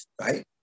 right